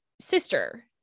sister